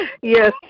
Yes